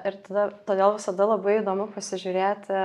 ir tada todėl visada labai įdomu pasižiūrėti